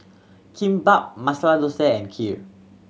Kimbap Masala Dosa and Kheer